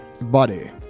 Body